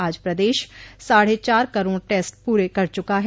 आज प्रदेश साढ़े चार करोड़ टेस्ट पूरे कर चुका है